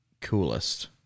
coolest